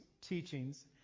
teachings